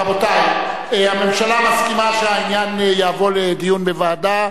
רבותי, הממשלה מסכימה שהעניין יעבור לדיון בוועדה.